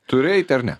turi eiti ar ne